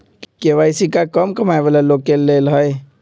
KYC का कम कमाये वाला लोग के लेल है?